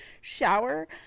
shower